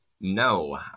No